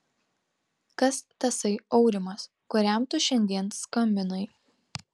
kas tasai aurimas kuriam tu šiandien skambinai